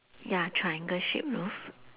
ya triangle shape roof